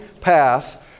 path